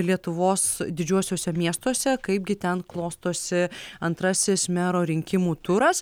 lietuvos didžiuosiuose miestuose kaipgi ten klostosi antrasis mero rinkimų turas